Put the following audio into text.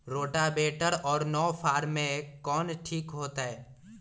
Rotavator और नौ फ़ार में कौन ठीक होतै?